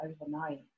overnight